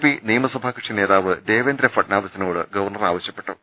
P നിയമസഭാക ക്ഷി നേതാവ് ദേവേന്ദ്ര ഫഡ്നാവിസിനോട് ഗവർണർ ആവശ്യ പ്പെട്ടു